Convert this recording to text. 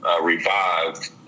revived